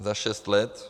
Za šest let.